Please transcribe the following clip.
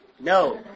No